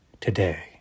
today